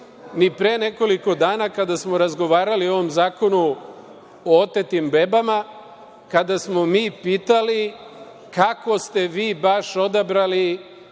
ni pre nekoliko dana kada smo razgovarali o ovom zakonu o otetim bebama, kada smo mi pitali kako ste vi baš odabrali